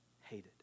Hated